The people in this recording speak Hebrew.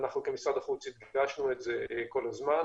אנחנו, כמשרד החוץ, הדגשנו את זה כל הזמן,